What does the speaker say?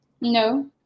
No